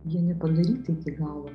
jie nepadaryti iki galo